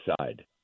side